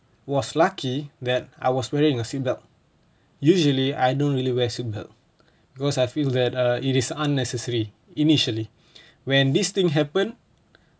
was lucky that I was wearing a seatbelt usually I don't really wear seatbelt because I feel that err it is unnecessary initially when this thing happen